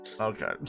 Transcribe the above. Okay